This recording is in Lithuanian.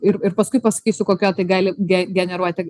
ir ir paskui pasakysiu kokia tai gali ge generuoti